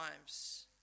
lives